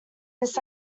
this